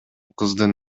кыздын